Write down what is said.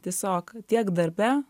tiesiog tiek darbe